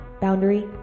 Boundary